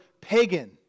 pagan